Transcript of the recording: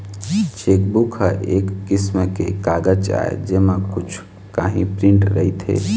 chequebook ह एक किसम के कागज आय जेमा कुछ काही प्रिंट रहिथे